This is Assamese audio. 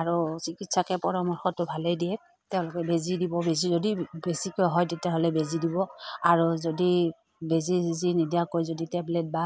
আৰু চিকিৎসকে পৰামৰ্শটো ভালেই দিয়ে তেওঁলোকে বেজী দিব বেজী যদি বেছিকৈ হয় তেতিয়াহ'লে বেজী দিব আৰু যদি বেজী চেজী নিদিয়াকৈ যদি টেবলেট বা